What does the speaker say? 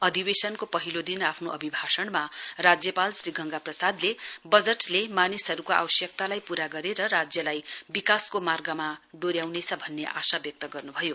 अधिवेशनको पहिलो दिन आफ्नो अभिभाषणमा राज्यपाल श्री गंगा प्रसाद्ले बजटले मानिसहरूको आवश्यकतालाई पूरा गरेर राज्यलाई विकासको मार्गमा डोहो ्याउनेछ भन्ने आशा व्यक्ति गर्नुभयो